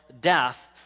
death